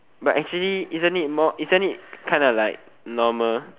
but actually isn't it more isn't it kind of like normal